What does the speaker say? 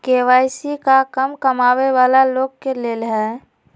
KYC का कम कमाये वाला लोग के लेल है?